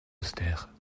austère